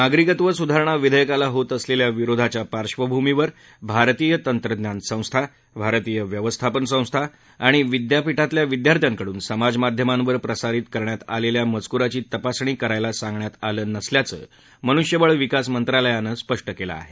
नागरीकत्व सुधारणा विधेयकाला होत असलेल्या विरोधाच्या पार्श्वभूमीवर भारतीय तंत्रज्ञान संस्था भारतीय व्यवस्थापन संस्था आणि विद्यापीठातल्या विद्यार्थ्यांकडून सोशल मीडियावर प्रसारित करण्यात आलेल्या मजकुराची तपासणी करण्यास सांगण्यात आलं नसल्याचं मनुष्यबळ विकास मंत्रालयानं स्पष्ट केलं आहे